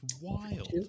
wild